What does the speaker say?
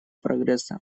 прогресса